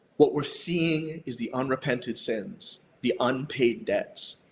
what we're seeing is the unrepentant sins, the unpaid debts.